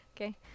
Okay